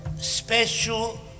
special